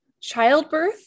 childbirth